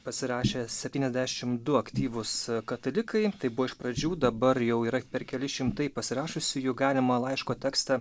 pasirašė septyniasdešim du aktyvūs katalikai tai buvo iš pradžių dabar jau yra per kelis šimtai pasiruošusiųjų galimą laiško tekstą